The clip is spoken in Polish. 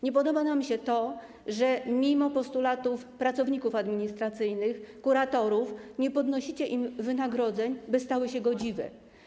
Nie podoba nam się to, że mimo postulatów pracowników administracyjnych, kuratorów nie podnosicie im wynagrodzeń, by stały się godziwie.